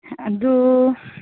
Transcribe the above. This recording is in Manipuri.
ꯑꯗꯨ